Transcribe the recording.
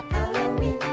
Halloween